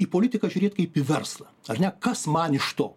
į politiką žiūrėt kaip į verslą ar ne kas man iš to